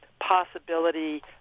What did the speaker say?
possibility